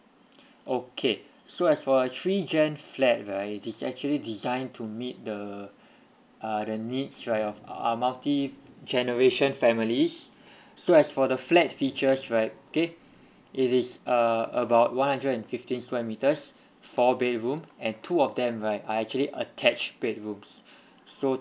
okay so as for a three gen flat right it is actually designed to meet the uh the needs right of err multi generation families so as for the flat features right okay it is uh about one hundred and fifteen square metres four bedroom and two of them right are actually attached bedrooms so